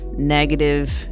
negative